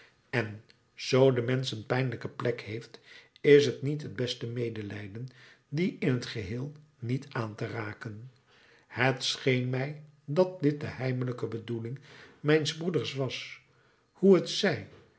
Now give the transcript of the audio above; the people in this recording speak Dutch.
en zoo de mensch een pijnlijke plek heeft is t niet het beste medelijden die in t geheel niet aan te raken het scheen mij dat dit de heimelijke bedoeling mijns broeders was hoe het zij